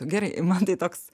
gerai man tai toks